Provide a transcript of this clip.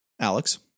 Alex